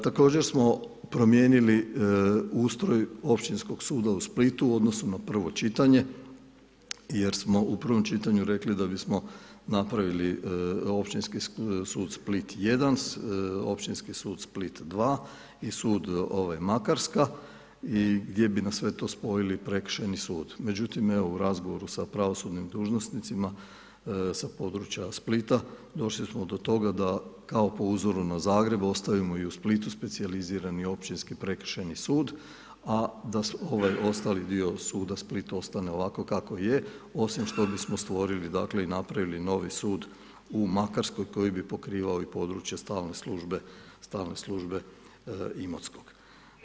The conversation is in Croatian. Također smo promijenili ustroj Općinskog suda u Splitu u odnosu na prvo čitanje jer smo u prvom čitanju rekli da bismo napravili Općinski sud Split 1, Općinski sud Split 2 i sud Makarska gdje bi na sve to spojili Prekršajni sud, međutim evo, u razgovoru sa pravosudnim dužnosnicima sa područja Splita došli smo do toga da kao po uzoru na Zagreb ostavimo i u Splitu specijalizirani Općinski prekršajni sud, a da ovaj ostali dio suda Split ostane ovako kako je, osim što bismo stvorili i napravili novi sud u Makarskoj koji bi pokrivao područje stalne službe Imotskog.